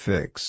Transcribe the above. Fix